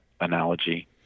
analogy